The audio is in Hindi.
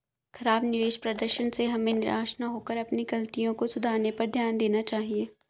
खराब निवेश प्रदर्शन से हमें निराश न होकर अपनी गलतियों को सुधारने पर ध्यान देना चाहिए